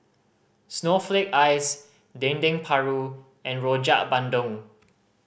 snowflake ice Dendeng Paru and Rojak Bandung